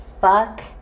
fuck